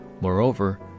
Moreover